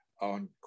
on